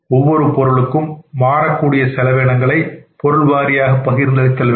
ஒவ்வொரு பொருளுக்கும் மாறக்கூடிய செலவினங்களை பொருள் வாரியாக பகிர்ந்தளித்தல் வேண்டும்